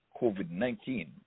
COVID-19